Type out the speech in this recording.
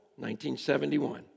1971